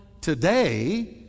today